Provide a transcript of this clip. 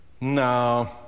No